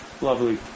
Lovely